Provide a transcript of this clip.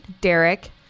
Derek